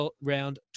round